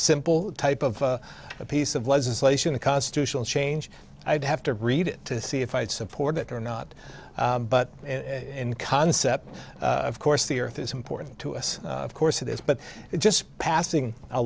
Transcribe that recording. simple type of a piece of legislation a constitutional chain i'd have to read it to see if i support it or not but in concept of course the earth is important to us of course of this but it just passing a